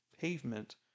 pavement